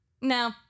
no